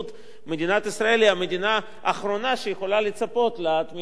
מדינת ישראל היא המדינה האחרונה שיכולה לצפות לתמיכת העולם.